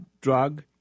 drug